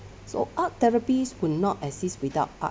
so art therapies would not exist without art